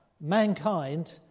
mankind